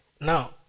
Now